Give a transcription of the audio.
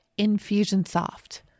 Infusionsoft